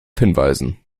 hinweisen